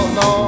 no